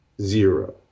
zero